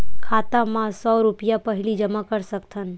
खाता मा सौ रुपिया पहिली जमा कर सकथन?